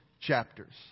chapters